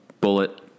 bullet